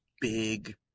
big